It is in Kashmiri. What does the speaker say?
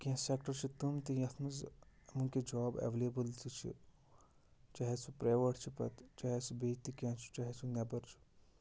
کیٚنٛہہ سٮ۪کٹَر چھِ تِم تہِ یَتھ منٛز وٕنۍکٮ۪س جاب اٮ۪ولیبٕل تہِ چھِ چاہے سُہ پرٛیوٮ۪ٹ چھُ پَتہٕ چاہے سُہ بیٚیہِ تہِ کیٚنٛہہ چھُ چاہے سُہ نٮ۪بَر چھُ